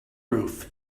roof